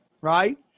right